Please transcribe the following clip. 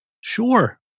sure